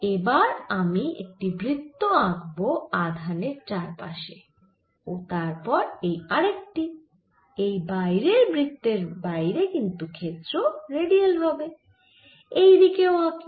এবার আমি একটি বৃত্ত আঁকব আধানের চার পাশে ও তারপর এই আরেকটি এই বাইরের বৃত্তের বাইরে কিন্তু ক্ষেত্র রেডিয়াল হবে এই দিকেও আঁকি